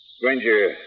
Granger